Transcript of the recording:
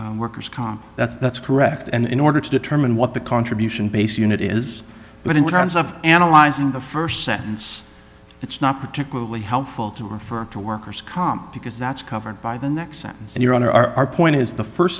with workers comp that's that's correct and in order to determine what the contribution base unit is but in terms of analyzing the st sentence it's not particularly helpful to refer to workers comp because that's covered by the next sentence and you're on our point is the